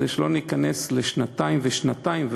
כדי שלא ניכנס לשנתיים ושנתיים,